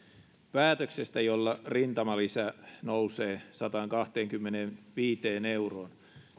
päätöksestä jolla rintamalisä nousee sataankahteenkymmeneenviiteen euroon